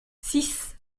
six